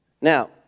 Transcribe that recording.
Now